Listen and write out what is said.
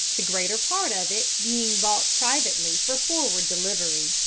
the greater part of it being bought privately for forward delivery.